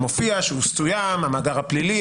מופיע שהוא הוצא מהמאגר הפלילי,